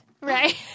Right